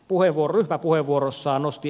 puheenvuoro puheenvuorossaan nosti